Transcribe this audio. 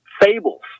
fables